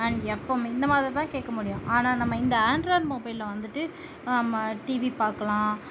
and FM இந்த மாதிரிதான் கேட்க முடியும் ஆனால் நம்ம இந்த ஆண்ட்ராய்ட் மொபைலை வந்துட்டு நம்ம டிவி பார்க்கலாம்